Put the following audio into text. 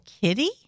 kitty